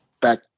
back